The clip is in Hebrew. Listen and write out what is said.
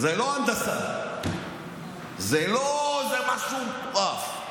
זה לא הנדסה, זה לא איזה משהו מטורף.